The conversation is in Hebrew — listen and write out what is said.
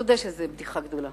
תודה שזה בדיחה גדולה.